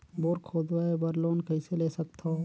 Bore खोदवाय बर loan कइसे ले सकथव?